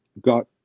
got